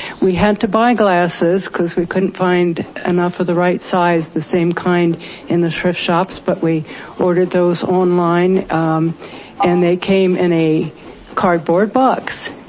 we had to buy glasses, because we could find enough of the right size, the same kind in the thrift shops. but we ordered those online and they came in a cardboard box.